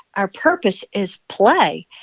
our purpose is play,